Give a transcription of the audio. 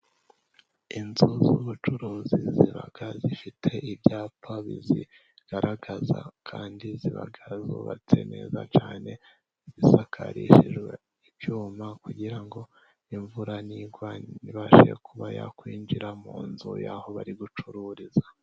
Inzu z'ubucuruzi ziba zifite ibyapa bizigaragaza, kandi ziba zubatse neza cyane zisakarishijwe ibyuma, kugira ngo imvura ntibashe kuba yakwinjira mu nzu aho bari gucururiza.